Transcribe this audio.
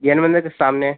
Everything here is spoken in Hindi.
जैन मन्दिर के सामने